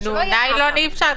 שלא יהיה מעבר.